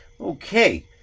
Okay